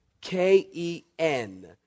K-E-N